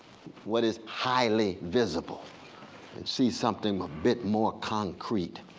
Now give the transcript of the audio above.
what is highly visible and see something a bit more concrete.